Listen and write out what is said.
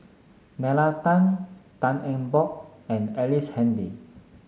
Nalla Tan Tan Eng Bock and Ellice Handy